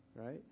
right